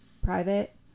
private